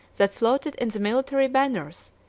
that floated in the military banners,